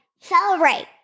celebrate